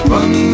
Run